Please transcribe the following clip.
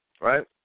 Right